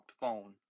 phone